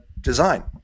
design